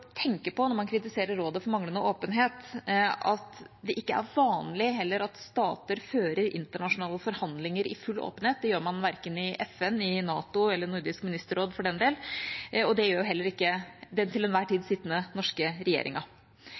på, når man kritiserer Rådet for manglende åpenhet, at det heller ikke er vanlig at stater fører internasjonale forhandlinger i full åpenhet. Det gjør man verken i FN, i NATO eller i Nordisk ministerråd, for den del, og det gjør heller ikke den til enhver tid sittende norske